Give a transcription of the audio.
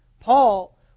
Paul